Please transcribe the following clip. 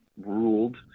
ruled